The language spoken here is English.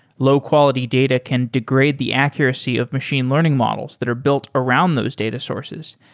low-quality data can degrade the accuracy of machine learning models that are built around those data sources,